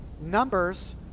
Numbers